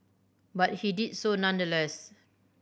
but he did so nonetheless